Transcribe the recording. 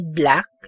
black